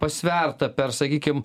pasverta per sakykim